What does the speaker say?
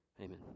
Amen